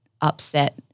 upset